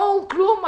פה הוא כלום.